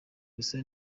gusa